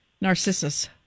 Narcissus